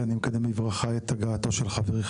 אני מקדם בברכה את הגעתו של חברי,